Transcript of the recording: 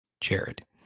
Jared